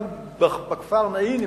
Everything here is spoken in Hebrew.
גם בכפר נעים,